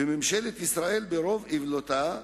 וממשלת ישראל, ברוב איוולתה,